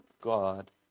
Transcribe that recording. God